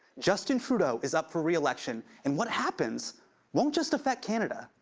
justin trudeau is up for re-election, and what happens won't just affect canada.